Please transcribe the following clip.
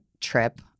trip